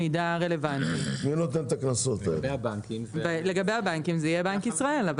לגבי הבנקים, זה יהיה בנק ישראל.